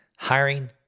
hiring